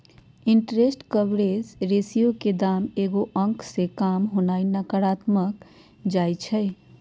interest coverage ratio के दाम एगो अंक से काम होनाइ नकारात्मक मानल जाइ छइ